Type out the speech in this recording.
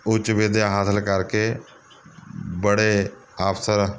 ਉੱਚ ਵਿੱਦਿਆ ਹਾਸਿਲ ਕਰਕੇ ਬੜੇ ਅਫ਼ਸਰ